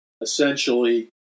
essentially